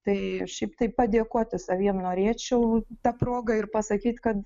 tai šiaip tai padėkoti saviem norėčiau ta proga ir pasakyt kad